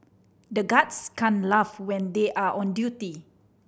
the guards can't laugh when they are on duty